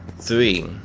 three